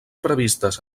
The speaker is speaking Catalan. previstes